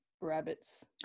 rabbits